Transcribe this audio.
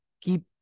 keep